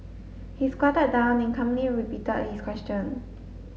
he squatted down and calmly repeated his question